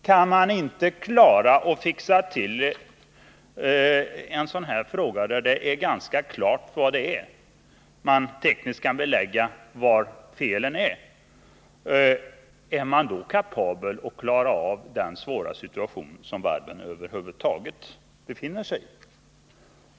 Kan man inte klara den här situationen trots att det är klart och tekniskt kan beläggas var felen sitter — är man då kapabel att klara den svåra situation som varven över huvud taget befinner sig i?